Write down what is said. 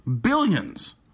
Billions